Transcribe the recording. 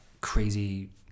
crazy